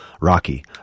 Rocky